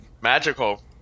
magical